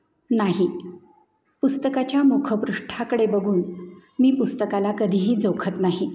नाही पुस्तकाच्या मुखपृष्ठाकडे बघून मी पुस्तकाला कधीही जोखत नाही